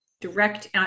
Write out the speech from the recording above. Direct